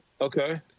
Okay